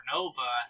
Nova